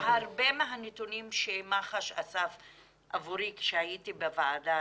הרבה מהנתונים שמח"ש אסף עבורי כשהייתי בוועדה